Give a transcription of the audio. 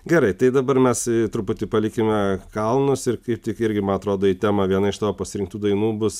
gerai tai dabar mes truputį palikime kalnus ir kaip tik irgi man atrodo į temą viena iš tavo pasirinktų dainų bus